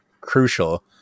crucial